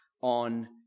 on